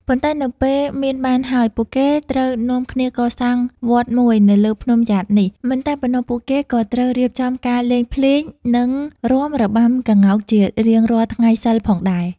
ប៉ុនែ្ដនៅពេលមានបានហើយ ពួកគេត្រូវនាំគ្នាកសាងវត្ដមួយនៅលើភ្នំយ៉ាតនេះ មិនតែប៉ុណ្ណោះពួកគេក៏ត្រូវរៀបចំការលេងភ្លេងនិងរាំរបាំក្ងោកជារៀងរាល់ថ្ងៃសិលផងដែរ។